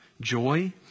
joy